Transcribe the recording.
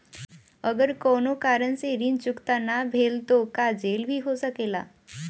अगर कौनो कारण से ऋण चुकता न भेल तो का जेल भी हो सकेला?